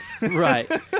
Right